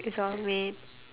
it's all made